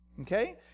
Okay